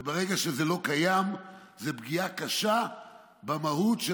וברגע שזה לא קיים זו פגיעה קשה במהות של